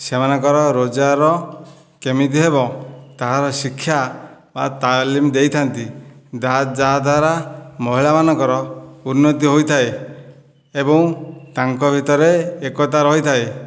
ସେମାନଙ୍କର ରୋଜଗାର କେମିତି ହେବ ତାହାର ଶିକ୍ଷା ବା ତାଲିମ୍ ଦେଇଥାନ୍ତି ଯାହାଦ୍ଵାରା ମହିଳା ମାନଙ୍କର ଉନ୍ନତି ହୋଇଥାଏ ଏବଂ ତାଙ୍କ ଭିତରେ ଏକତା ରହିଥାଏ